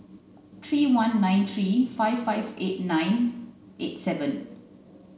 three one nine three five five eight nine eight seven